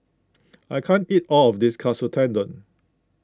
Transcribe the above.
I can't eat all of this Katsu Tendon